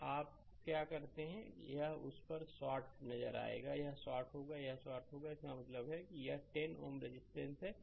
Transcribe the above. तो आप क्या करते हैं कि यह उस पर शॉर्ट नज़र आएगा यह शॉर्ट होगा यह शॉर्ट होगा इसका मतलब है कि यह10 Ω रजिस्टेंस है